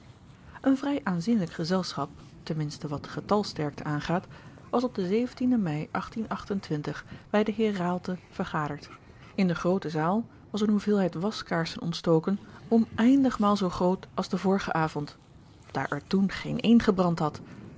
een vrij aanzienlijk gezelschap ten minste wat getalsterkte aangaat was op den en mei bij den heer raalte vergaderd in de groote zaal was eene hoeveelheid waskaarsen ontstoken oneindig maal zoo groot als den vorigen avond daar er toen geen eene gebrand had